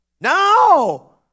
No